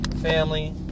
family